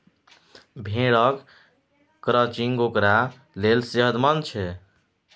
भेड़क क्रचिंग ओकरा लेल सेहतमंद छै